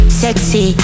sexy